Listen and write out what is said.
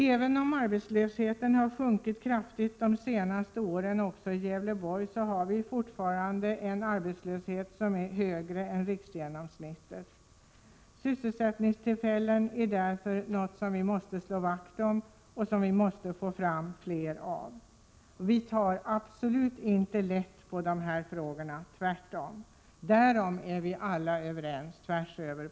Även om arbetslösheten har sjunkit kraftigt under de senaste åren också i Gävleborg har vi fortfarande en arbetslöshet som är högre än riksgenomsnittet. Sysselsättningstillfällen är därför något som vi måste slå vakt om och som vi måste få fram fler av. Därom är vi alla överens tvärs över partigränserna. Vi tar absolut inte lätt på dessa frågor, tvärtom.